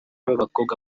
b’abakobwa